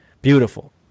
Beautiful